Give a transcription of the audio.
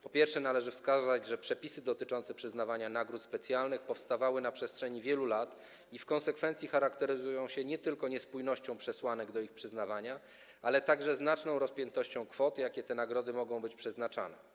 Po pierwsze, należy wskazać, że przepisy dotyczące przyznawania nagród specjalnych powstawały na przestrzeni wielu lat i w konsekwencji charakteryzują się nie tylko niespójnością przesłanek ich przyznawania, ale także znaczną rozpiętością kwot, jakie na te nagrody mogą być przeznaczane.